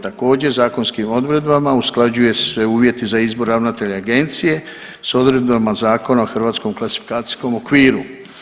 Također zakonskim odredbama usklađuju se uvjeti za izbor ravnatelja agencije s odredbama Zakona o hrvatskom klasifikacijskom okviru.